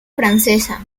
francesa